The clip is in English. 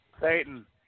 Satan